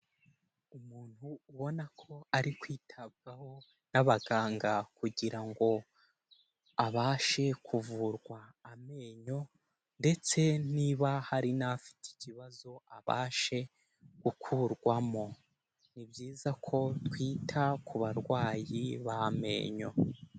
Umuntu ubona ko ari kwitabwaho n'abaganga kugira ngo abashe kuvurwa amenyo ndetse niba hari n'afite ikibazo abashe gukurwamo, ni byiza ko twita ku barwayi b'amenyo.